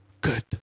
good